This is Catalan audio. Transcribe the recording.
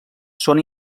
són